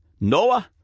Noah